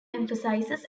emphasizes